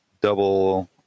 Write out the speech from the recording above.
double